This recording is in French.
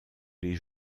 les